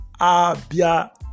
Abia